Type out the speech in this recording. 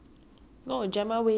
the influencer that [one]